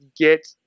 get